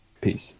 Peace